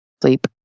sleep